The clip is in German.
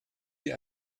sie